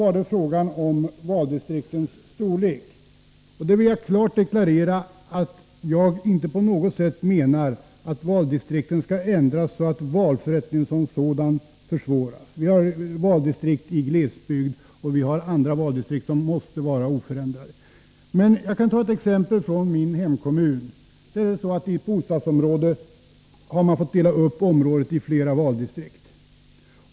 Beträffande valdistriktens storlek vill jag klart deklarera att jag inte på något sätt menar att valdistrikten skall ändras så att valförrättningen som sådan försvåras. Vi har valdistrikt i glesbygd, och vi har andra valdistrikt som måste vara oförändrade. Jag kan ta ett exempel från min hemkommun. I ett bostadsområde där har man fått dela upp i flera valdistrikt.